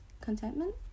Contentment